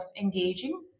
engaging